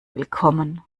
willkommen